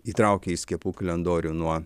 įtraukė į skiepų kalendorių nuo